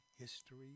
history